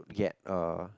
get uh